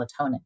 melatonin